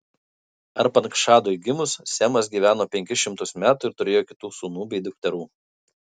arpachšadui gimus semas gyveno penkis šimtus metų ir turėjo kitų sūnų bei dukterų